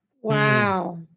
Wow